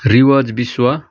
रिवाज विश्व